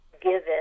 given